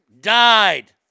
died